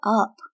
up